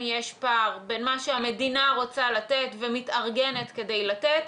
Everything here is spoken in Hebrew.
יש פער בין מה שהמדינה רוצה לתת ומתארגנת כדי לתת,